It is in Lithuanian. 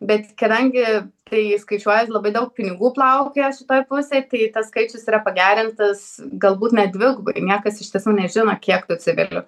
bet kadangi tai skaičiuoja labai daug pinigų plaukioja šitoj pusėj tai tas skaičius yra pagerintas galbūt net dvigubai niekas iš tiesų nežino kiek tų civilių